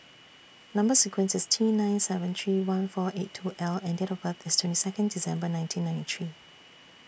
Number sequence IS T nine seven three one four eight two L and Date of birth IS twenty Second December nineteen ninety three